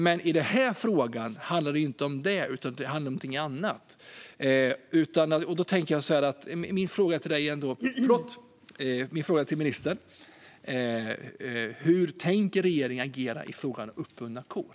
Men denna fråga handlar inte om det, utan den handlar om någonting annat. Då är min fråga till ministern: Hur tänker regeringen agera i frågan om uppbundna kor?